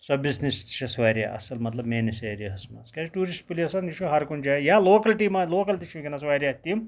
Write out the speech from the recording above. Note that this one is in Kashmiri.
سۄ بِزنٮ۪س تہٕ چھَس واریاہ اَصل مَطلَب میٲنِس ایریا ہَس مَنٛز کیازٕ ٹیورِسٹ پٕلیسَن یہٕ چھُ ہَر کُنہِ جایہِ یا لوکلٹی مَنٛز یا لوکَل تہٕ چھِ وِنکیٚنَس واریاہ تِم